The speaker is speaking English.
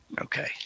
Okay